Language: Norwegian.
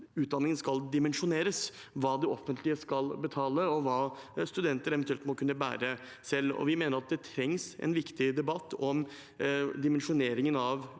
utdanningen skal dimensjoneres, hva det offentlige skal betale, og hva studenter eventuelt må kunne bære selv. Vi mener at det trengs en viktig debatt om dimensjoneringen av